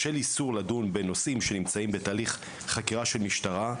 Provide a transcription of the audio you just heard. בשל איסור לדון בנושאים שנמצאים בתהליך חקירה של משטרה,